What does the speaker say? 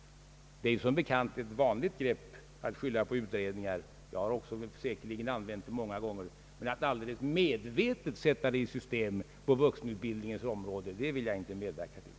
Det är som bekant ett vanligt knep att skylla på utredningar. Jag har nog själva använt det många gånger. Men att medvetet sätta det i system på vuxenutbildningens område vill jag inte medverka till.